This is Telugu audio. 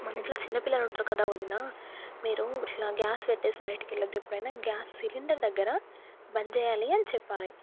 మన ఇంట్లో చిన్న పిల్లలు ఉంటారు కదా వదిన మీరు ఇట్లా గ్యాస్ పెట్టి బయట వెళ్ళద్దు ఎప్పుడైనా గ్యాస్ సిలిండర్ దగ్గర బంద్ చేయాలి అని చెప్పాలి